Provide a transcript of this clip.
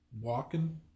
walking